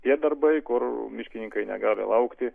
tie darbai kur miškininkai negali laukti